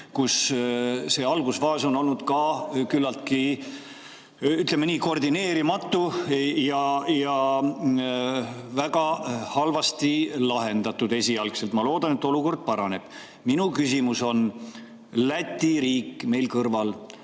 kus see algusfaas on olnud ka küllaltki, ütleme nii, koordineerimatu ja esialgselt väga halvasti lahendatud. Ma loodan, et olukord paraneb. Minu küsimus on, et Läti riik meil kõrval